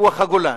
בסיפוח הגולן,